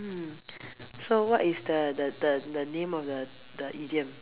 mm so what is the the the the name of the the idiom